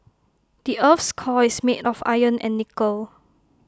the Earth's core is made of iron and nickel